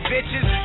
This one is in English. Bitches